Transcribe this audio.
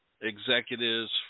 executives